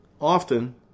Often